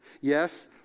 Yes